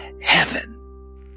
heaven